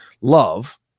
Love